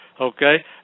Okay